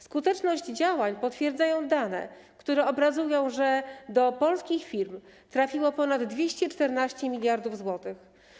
Skuteczność działań potwierdzają dane, które obrazują, że do polskich firm trafiło ponad 214 mld zł.